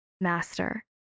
Master